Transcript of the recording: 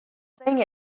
thing